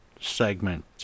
segment